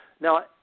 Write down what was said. Now